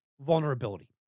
vulnerability